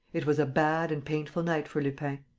it was a bad and painful night for lupin.